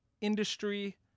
industry